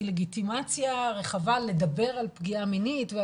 לגיטימציה רחבה לדבר על פגיעה מינית בנשים,